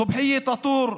סובחיה טאטור,